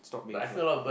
but I feel a lot of people